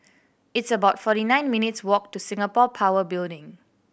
it's about forty nine minutes' walk to Singapore Power Building